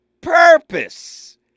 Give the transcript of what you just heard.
purpose